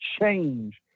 change